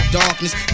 darkness